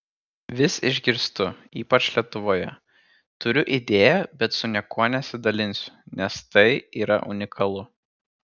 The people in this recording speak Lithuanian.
vis išgirstu ypač lietuvoje turiu idėją bet su niekuo nesidalinsiu nes tai yra unikalu